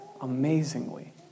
amazingly